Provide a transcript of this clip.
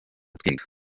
twiga